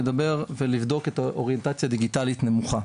לדבר ולבדוק את האוריינטציה הדיגיטלית הנמוכה.